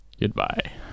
Goodbye